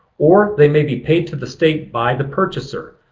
or they may be paid to the state by the purchaser.